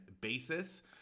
basis